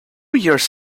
years